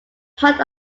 part